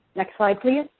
next slide, please.